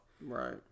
right